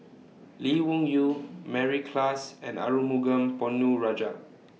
Lee Wung Yew Mary Klass and Arumugam Ponnu Rajah